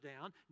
down